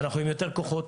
אנחנו עם יותר כוחות,